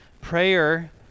Prayer